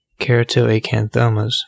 keratoacanthomas